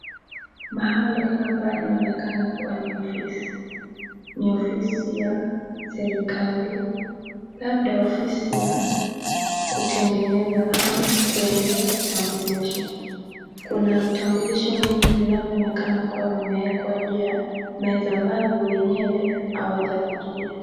Mahali hapa inaonekana kuwa ni ofisi , ni ofisi ya serikali labda ofisi ya kutengeneza ama kuendea kitambulisho . Kuna vitambulisho mingi vinavyoonekana kuwa vimeekwa juu ya meza ambavyo wenyewe hawajakujia .